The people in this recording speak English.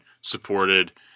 supported